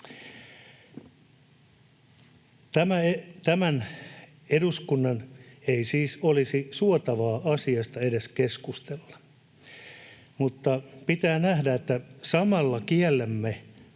Tämän eduskunnan ei siis olisi suotavaa asiasta edes keskustella. Mutta pitää nähdä, että samalla kiellämme